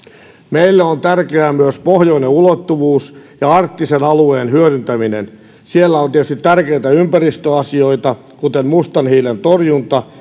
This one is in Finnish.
meille on tärkeää myös pohjoinen ulottuvuus ja arktisen alueen hyödyntäminen siellä on tietysti tärkeitä ympäristöasioita kuten mustan hiilen torjunta